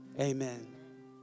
Amen